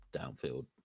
downfield